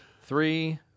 three